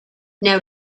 now